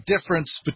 difference